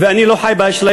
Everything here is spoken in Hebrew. ואני לא חי באשליות,